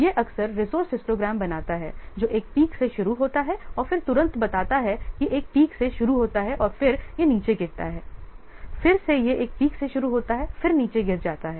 यह अक्सर resource histogram बनाता है जो एक पीक से शुरू होता है और फिर तुरंत बताता है कि एक पीक से शुरू होता है और फिर यह नीचे गिरता है फिर से यह एक पीक से शुरू होता है फिर नीचे गिर जाता है